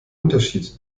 unterschied